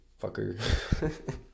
fucker